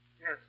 Yes